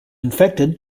infected